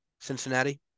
Cincinnati